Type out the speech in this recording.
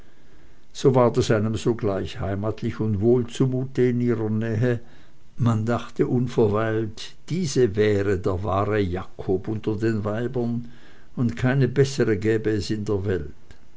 so ward es einem sogleich heimatlich und wohl zu mute in ihrer nähe man dachte unverweilt diese wäre der wahre jakob unter den weibern und keine bessere gäbe es in der welt